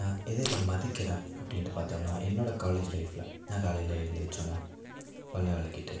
நான் எதை எதை மதிக்கிறேன் அப்படின்டு பார்த்தோன்னா என்னோட காலேஜ் லைஃப்பில் நான் காலையில் எழுந்திருச்சோன பல்லை விளக்கிட்டு